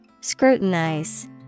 Scrutinize